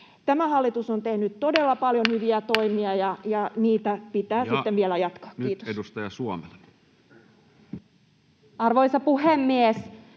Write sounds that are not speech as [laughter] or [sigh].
[noise] todella paljon hyviä toimia, ja niitä pitää sitten vielä jatkaa. — Kiitos. Ja nyt edustaja Suomela. Arvoisa puhemies!